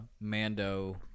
Mando